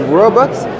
robots